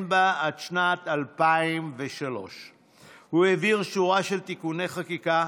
בה עד שנת 2003. הוא העביר שורה של תיקוני חקיקה,